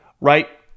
right